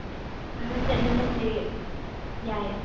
ꯍꯣꯏ ꯍꯣꯏ ꯆꯠꯃꯤꯟꯅꯁꯦ ꯌꯥꯏ